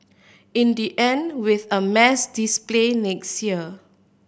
in the end with a mass display next year